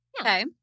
Okay